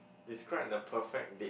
describe the perfect date